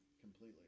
completely